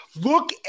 Look